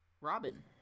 Robin